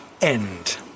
end